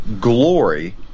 Glory